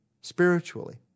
spiritually